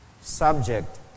subject